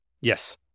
Yes